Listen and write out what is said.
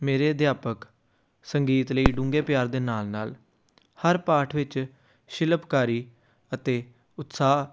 ਮੇਰੇ ਅਧਿਆਪਕ ਸੰਗੀਤ ਲਈ ਡੂੰਘੇ ਪਿਆਰ ਦੇ ਨਾਲ ਨਾਲ ਹਰ ਪਾਠ ਵਿੱਚ ਸ਼ਿਲਪਕਾਰੀ ਅਤੇ ਉਤਸ਼ਾਹ